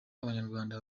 abanyarwanda